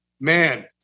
man